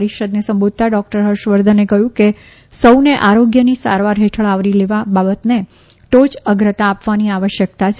પરિષદને સંબોધતાં ડોકટર ફર્ષવર્ધને કહ્યું કે સૌને આરોગ્યની સારવાર હેઠળ આવરી લેવા બાબતને ટોચ અગ્રતા આપવાની આવશ્યકતા છે